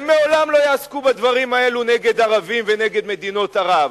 הם לעולם לא יעסקו בדברים האלו נגד ערבים ונגד מדינות ערב.